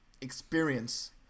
experience